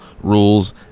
rules